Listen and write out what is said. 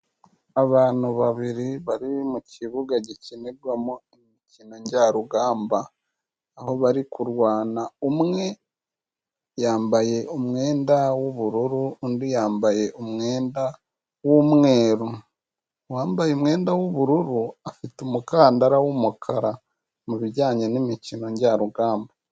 Abantu babiri, bari mu ikibuga gikinirwamo, imikino njyarugamba. Aho bari kurwana umwe, yambaye umwenda, w'ubururu, undi yambaye umwenda, w'umweru. Uwambaye umwenda w'ubururu, afite umukandara w'umukara. Mubijyanye n'imikino njyarugamba.